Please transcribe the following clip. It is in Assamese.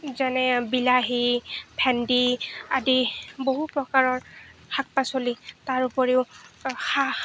যেনে বিলাহী ভেন্দি আদি বহু প্ৰকাৰৰ শাক পাচলি তাৰ উপৰিও